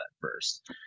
first